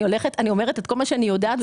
אני אומרת את כל מה שאני יודעת,